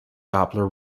doppler